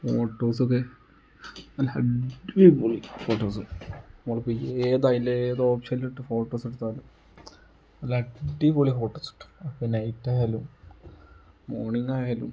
photos ഒക്കെ നല്ല അടിപൊളി ഫോട്ടോസ് നമ്മൾ ഇപ്പം ഏത് അതിൽ ഏത് ഓപ്ഷനിലിട്ട് ഫോട്ടോസ് എടുത്താലും നല്ല അടിപൊളി ഫോട്ടോസ് കിട്ടും ഇപ്പം നൈറ്റായാലും മോർണിംഗ ആയാലും